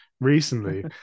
recently